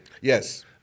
Yes